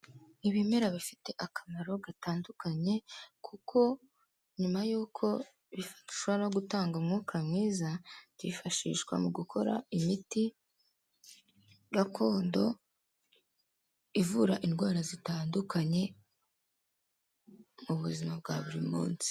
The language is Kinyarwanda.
Ibimera bifite akamaro gatandukanye kuko nyuma y'uko bishobora no gutanga umwuka mwiza, byifashishwa mu gukora imiti gakondo, ivura indwara zitandukanye, mu buzima bwa buri munsi.